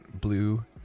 Blue